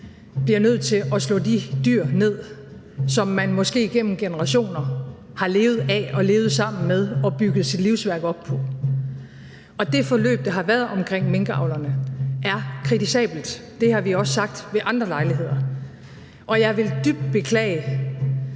bliver nødt til at slå de dyr ned, som man måske igennem generationer har levet af og levet sammen med og bygget sit livsværk op på. Og det forløb, der har været omkring minkavlerne, er kritisabelt. Det har vi også sagt ved andre lejligheder, og jeg vil dybt beklage,